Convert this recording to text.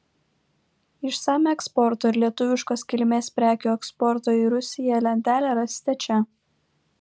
išsamią eksporto ir lietuviškos kilmės prekių eksporto į rusiją lentelę rasite čia